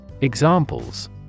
Examples